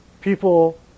people